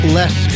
less